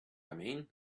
mean